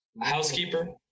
housekeeper